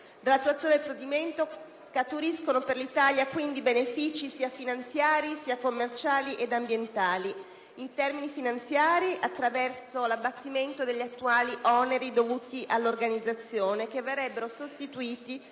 Dall'attuazione del provvedimento scaturiscono quindi per l'Italia benefici sia finanziari sia commerciali sia ambientali. In termini finanziari, attraverso l'abbattimento degli attuali oneri dovuti all'Organizzazione, che verrebbero sostituiti